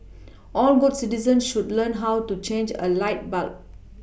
all good citizens should learn how to change a light bulb